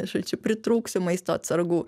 žodžiu pritrūksiu maisto atsargų